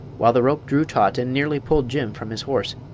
while the rope drew taut and nearly pulled jim from his horse.